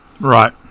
Right